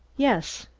yes.